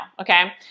Okay